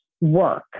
work